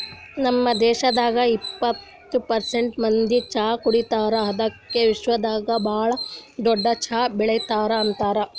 ನಮ್ ದೇಶದಾಗ್ ಎಪ್ಪತ್ತು ಪರ್ಸೆಂಟ್ ಮಂದಿ ಚಹಾ ಕುಡಿತಾರ್ ಅದುಕೆ ವಿಶ್ವದಾಗ್ ಭಾಳ ದೊಡ್ಡ ಚಹಾ ಬೆಳಿತಾರ್ ಅಂತರ್